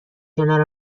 کنار